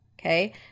Okay